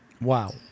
Wow